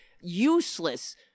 useless